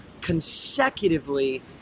consecutively